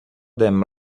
them